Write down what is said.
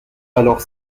alors